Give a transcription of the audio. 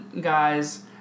guys